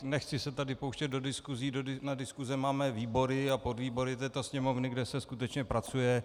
Nechci se tady pouštět do diskusí, na diskuse máme výbory a podvýbory této Sněmovny, kde se skutečně pracuje.